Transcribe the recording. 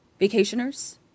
Vacationers